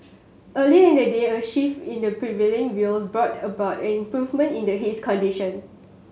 earlier in the day a shift in the prevailing views brought about an improvement in the haze condition